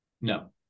No